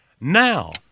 now